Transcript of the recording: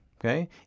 okay